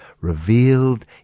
revealed